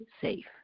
safe